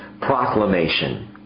proclamation